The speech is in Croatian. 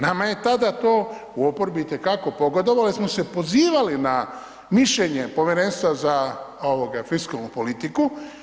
Nama je tada to u oporbi itekako pogodovalo jer smo se pozivali na mišljenje Povjerenstva za fiskalnu politiku.